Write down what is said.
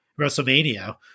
WrestleMania